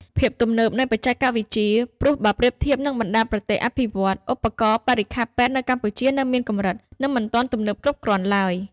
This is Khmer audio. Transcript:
ភាពទំនើបនៃបច្ចេកវិទ្យា ព្រោះបើប្រៀបធៀបនឹងបណ្ដាប្រទេសអភិវឌ្ឍន៍ ឧបករណ៍បរិក្ខារពេទ្យនៅកម្ពុជានៅមានកម្រិត និងមិនទាន់ទំនើបគ្រប់គ្រាន់ឡើយ។